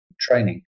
training